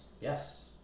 yes